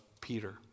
Peter